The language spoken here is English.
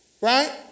right